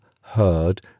heard